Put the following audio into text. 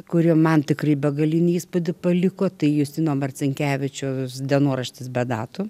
kuri man tikrai begalinį įspūdį paliko tai justino marcinkevičiaus dienoraštis be datų